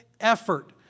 effort